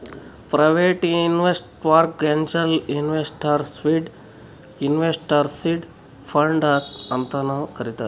private ಇನ್ವೆಸ್ಟರ್ಗ angel investor, seed investor, seed funder ಅಂತಾನು ಕರಿತಾರ್